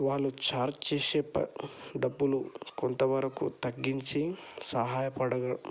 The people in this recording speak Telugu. వాళ్ళు చార్జ్ చేసే డబ్బులు కొంత వరకు తగ్గించి సహాయ పడగ